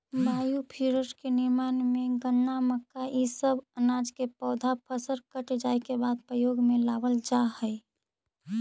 biofuel के निर्माण में गन्ना, मक्का इ सब अनाज के पौधा फसल कट जाए के बाद प्रयोग में लावल जा हई